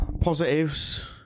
positives